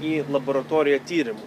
į laboratoriją tyrimui